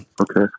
okay